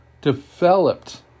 developed